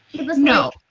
No